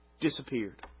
disappeared